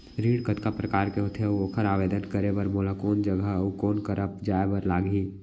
ऋण कतका प्रकार के होथे अऊ ओखर आवेदन करे बर मोला कोन जगह अऊ कोन करा जाए बर लागही?